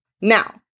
Now